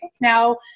now